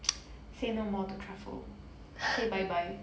say no more to truffle say bye bye